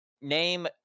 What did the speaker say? name